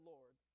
Lord